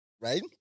right